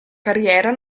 carriera